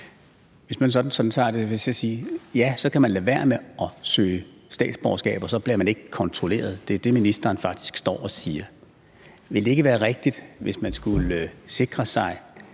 vil det så sige: Ja, så kan man lade være med at søge statsborgerskab, og så bliver man ikke kontrolleret. Det er det, ministeren faktisk står og siger. Hvis man skulle sikre sig,